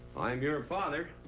i'm your ah father,